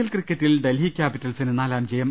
L ക്രിക്കറ്റിൽ ഡൽഹി ക്യാപിറ്റൽസിന് നാലാം ജയം